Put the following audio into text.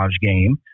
game